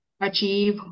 achieve